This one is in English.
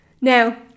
Now